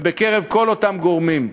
ובקרב כל אותם גורמים.